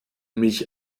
mich